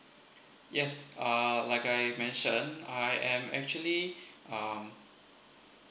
yes uh like I mention I am actually um